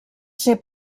ser